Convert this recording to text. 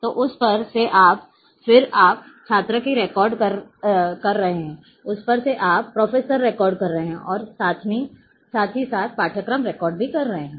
तो उस पर से फिर आप छात्र के रिकॉर्ड कर रहे हैं उस पर से ही आप प्रोफेसर रिकॉर्ड कर रहे हैं और साथ में आप पाठ्यक्रम रिकॉर्ड भी कर रहे हैं